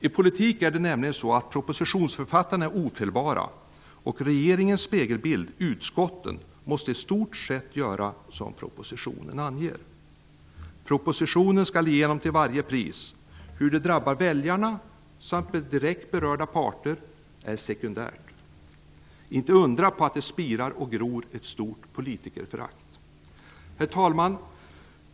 I politik är det nämligen så att propositionsförfattarna är ofelbara, och regeringens spegelbild -- utskotten -- måste i stort sett göra det som anges i propositionen. Propositionen skall igenom till varje pris. Hur det drabbar väljarna samt direkt berörda parter är sekundärt. Det är inte att undra på att ett stort politikerförakt spirar och gror. Herr talman!